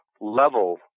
level